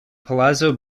palazzo